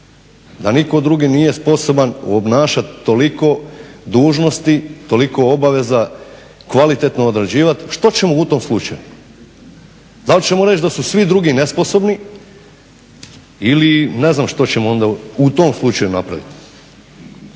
da nitko drugi nije obnašati toliko dužnosti, toliko obaveza, kvalitetno odrađivati što ćemo u tom slučaju? Da li ćemo reći da su svi drugi nesposobni ili ne znam što ćemo onda u tom slučaju napraviti.